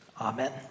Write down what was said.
Amen